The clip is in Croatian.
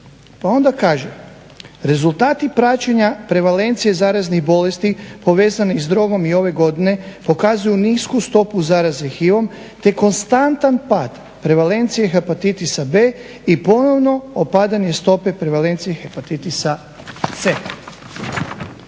Pa onda kaže, rezultati praćenja prevalencije zaraznih bolesti povezanih s drogom i ove godine pokazuju nisku stopu zaraze HIV-om te konstantan pad prevalencije hepatitisa B i ponovno opadanje stope prevalencije hepatitisa C.